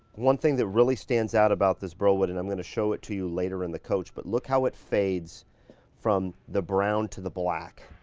one thing that really stands out about this burl wood, and i'm gonna show it to you later in the coach, but look how it fades from the brown to the black.